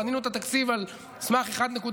בנינו את התקציב על סמך 1.1%,